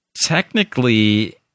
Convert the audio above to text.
Technically